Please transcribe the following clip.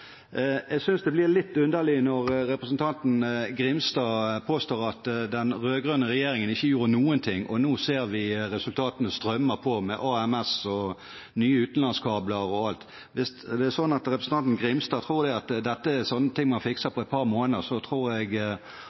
Jeg synes det blir litt underlig når representanten Grimstad påstår at den rød-grønne regjeringen ikke gjorde noe – og nå ser vi resultatene strømmer på, med AMS, nye utenlandskabler osv. Hvis det er slik at representanten Grimstad tror at dette er noe man fikser på et par måneder, tror jeg